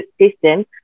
system